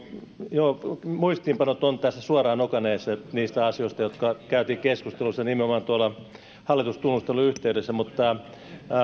joo muistiinpanot ovat tässä suoraan nokan edessä niistä asioista joista käytiin keskustelua nimenomaan tuolla hallitustunnustelujen yhteydessä mutta